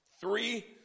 three